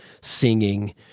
singing